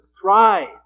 thrive